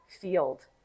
field